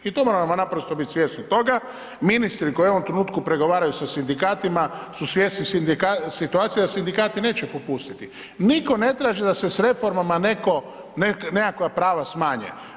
I to moramo naprosto biti svjesni toga, ministri koji u ovom trenutku pregovaraju sa sindikatima su svjesni situacije da sindikati neće popustiti, nitko ne traži da se s reformama netko, nekakva prava smanje.